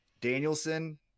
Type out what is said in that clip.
Danielson